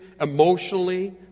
emotionally